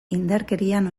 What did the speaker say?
indarkerian